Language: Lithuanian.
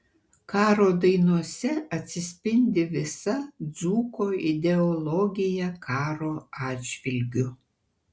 karo dainose atsispindi visa dzūko ideologija karo atžvilgiu